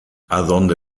adonde